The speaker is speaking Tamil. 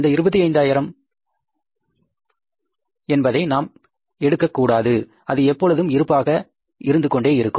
அந்த 25000 என்பதை நாம் எடுக்கக் கூடாது அது எப்பொழுதும் இருப்பாக இருந்து கொண்டே இருக்கும்